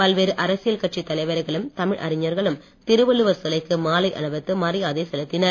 பல்வேறு அரசியல் கட்சி தலைவர்களும் தமிழ் அறிஞர்களும் திருவள்ளுவர் சிலைக்கு மாலை அணிவித்து மரியாதை செலுத்தினர்